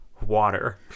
water